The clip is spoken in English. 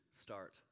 start